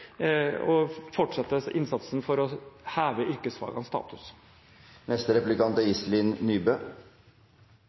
vi fortsette innsatsen for å heve yrkesfagenes status.